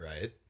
Right